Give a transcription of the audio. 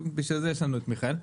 לכן יש לנו את מיכאל.